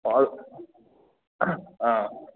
ꯑꯣ ꯑꯥ